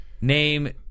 Name